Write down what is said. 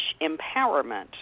empowerment